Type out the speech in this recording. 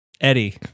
eddie